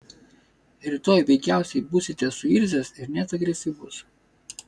rytoj veikiausiai būsite suirzęs ir net agresyvus